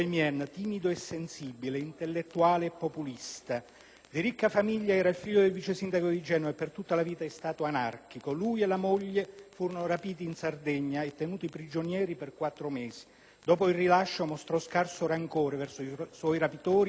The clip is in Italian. Di ricca famiglia, era figlio del vicesindaco di Genova e per tutta per tutta la vita è stato anarchico. Lui e la moglie furono rapiti in Sardegna e tenuti prigionieri per quattro mesi. Dopo il rilascio mostrò scarso rancore verso i suoi rapitori, dicendo che erano prigionieri come lo era lui.